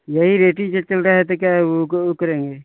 यही रेट ही ऐसा चल रहा है क्या वो करेंगे